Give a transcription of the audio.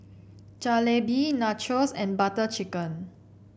Jalebi Nachos and Butter Chicken